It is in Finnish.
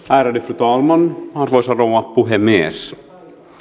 ärade fru talman arvoisa rouva puhemies